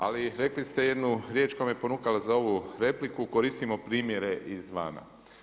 Ali rekli ste jednu riječ koja me ponukala za ovu repliku, koristimo primjere iz vana.